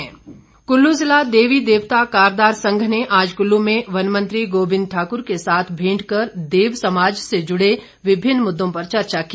गोविंद ठाकुर कुल्लू जिला देवी देवता कारदार संघ ने आज कुल्लू में वन मंत्री गोविंद ठाकुर के साथ भेंट कर देव समाज से जुड़े विभिन्न मुद्दों पर चर्चा की